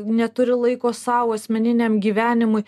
neturi laiko sau asmeniniam gyvenimui